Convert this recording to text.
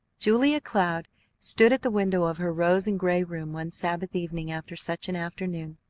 julia cloud stood at the window of her rose-and-gray room one sabbath evening after such an afternoon,